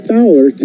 Fowler